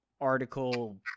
article